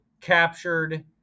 captured